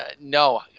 no